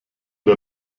der